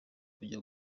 kujya